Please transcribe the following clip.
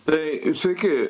tai sveiki